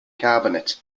carbonate